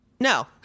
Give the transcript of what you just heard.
No